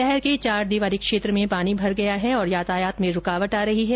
शहर के चारदीवारी क्षेत्र में पानी भर गया और यातायात में रूकावट आ रही है